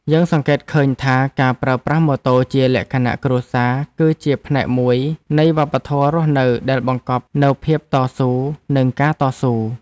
យើងសង្កេតឃើញថាការប្រើប្រាស់ម៉ូតូជាលក្ខណៈគ្រួសារគឺជាផ្នែកមួយនៃវប្បធម៌រស់នៅដែលបង្កប់នូវភាពតស៊ូនិងការតស៊ូ។